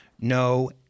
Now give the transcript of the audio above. no